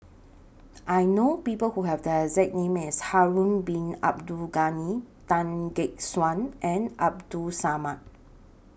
I know People Who Have The exact name as Harun Bin Abdul Ghani Tan Gek Suan and Abdul Samad